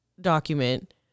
document